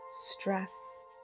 stress